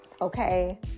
okay